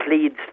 leads